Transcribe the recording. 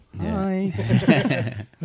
hi